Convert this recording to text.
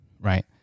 right